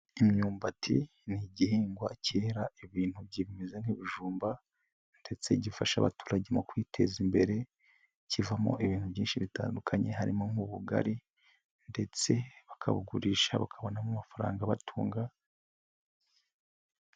Imyumbati ni igihingwa cyera ibintu byi bimeze nk'ibijumba ndetse gifasha abaturage mu kwiteza imbere, kivamo ibintu byinshi bitandukanye harimo nk'ubugari ndetse bakabugurisha bakabonamo amafaranga batunga.